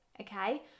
Okay